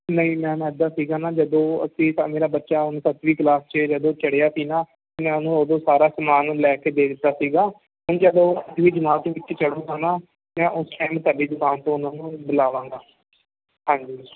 ਨਹੀਂ ਮੈਮ ਇੱਦਾਂ ਸੀਗਾ ਨਾ ਜਦੋਂ ਅਸੀਂ ਤਾਂ ਮੇਰਾ ਬੱਚਾ ਹੁਣ ਸੱਤਵੀਂ ਕਲਾਸ 'ਚ ਜਦੋਂ ਚੜਿਆ ਸੀ ਨਾ ਤਾਂ ਮੈਂ ਉਹਨੂੰ ਉਦੋਂ ਸਾਰਾ ਸਮਾਨ ਲੈ ਕੇ ਦੇ ਦਿੱਤਾ ਸੀਗਾ ਹੁਣ ਜਦੋਂ ਅਗਲੀ ਜਮਾਤ ਵਿੱਚ ਚੜੂਗਾ ਨਾ ਮੈਂ ਉਸ ਟਾਈਮ ਤੁਹਾਡੀ ਦੁਕਾਨ ਤੋਂ ਉਹਨਾਂ ਨੂੰ ਬੁਲਾਵਾਂਗਾ ਹਾਂਜੀ